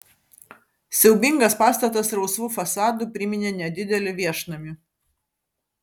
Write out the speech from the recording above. siaubingas pastatas rausvu fasadu priminė nedidelį viešnamį